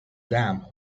dam